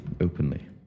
openly